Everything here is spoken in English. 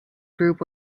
group